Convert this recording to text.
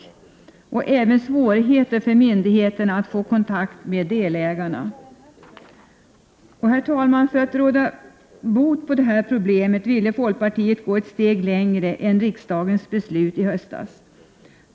Det blir även svårt för myndigheterna att få kontakt med delägarna. Herr talman! För att råda bot på detta problem vill folkpartiet gå ett steg längre än vad riksdagens beslut från i höstas innebär.